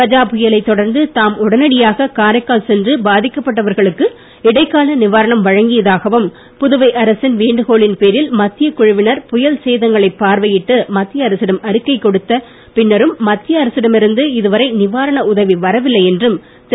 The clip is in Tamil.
கஜா புயலைத் தொடர்ந்து தாம் உடனடியாக காரைக்கால் சென்று பாதிக்கப்பட்டவர்களுக்கு இடைக்கால நிவாரணம் வழங்கியதாகவும் புதுவை அரசின் வேண்டுகோளின் பேரில் மத்தியக் குழுவினர் புயல் சேதங்களைப் பார்வையிட்டு மத்திய அரசிடம் அறிக்கை கொடுத்த பின்னரும் மத்திய அரசிடம் இருந்து இதுவரை நிவாரண உதவி வரவில்லை என்றும் திரு